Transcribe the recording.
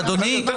אדוני,